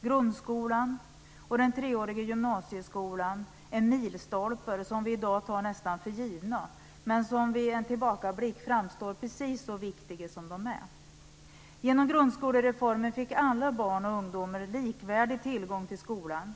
Grundskolan och den treåriga gymnasieskolan är milstolpar som vi i dag tar nästan för givna, men som vid en tillbakablick framstår precis så viktiga som de är. Genom grundskolereformen fick alla barn och ungdomar likvärdig tillgång till skolan.